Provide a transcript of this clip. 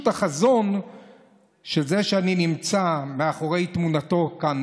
החזון של זה שאני נמצא מאחורי תמונתו כאן,